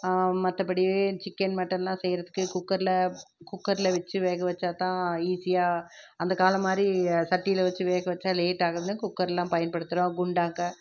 மற்றபடி சிக்கென் மட்டன்லாம் செய்கிறத்துக்கு குக்கரில் குக்கரில் வெச்சு வேக வச்சாத்தான் ஈஸியாக அந்த காலம் மாதிரி சட்டியில் வெச்சு வேக வைச்சா லேட்டாகுதுனு குக்கர்லாம் பயன்படுத்துகிறோம் குண்டாக்க